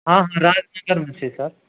हँ हँ राजनगरमे छै सर